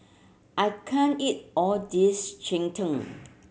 I can't eat all this cheng tng